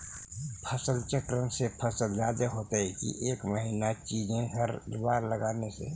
फसल चक्रन से फसल जादे होतै कि एक महिना चिज़ हर बार लगाने से?